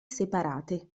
separate